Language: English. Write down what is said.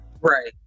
Right